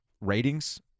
ratings